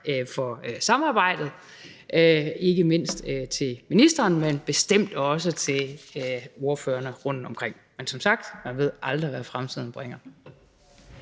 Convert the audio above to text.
for samarbejdet, ikke mindst til ministeren, men bestemt også til ordførerne rundtomkring. Men som sagt, man ved aldrig, hvad fremtiden bringer.